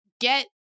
get